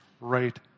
right